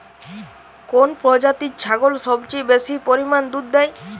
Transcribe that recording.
কোন প্রজাতির ছাগল সবচেয়ে বেশি পরিমাণ দুধ দেয়?